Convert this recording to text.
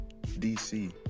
DC